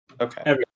Okay